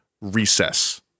recess